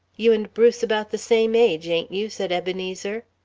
you and bruce about the same age, ain't you? said ebenezer.